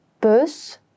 Bus